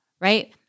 right